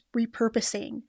repurposing